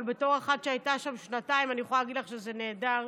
אבל בתור אחת שהייתה שם שנתיים אני יכולה להגיד לך שזה נהדר,